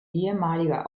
ehemaliger